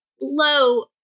low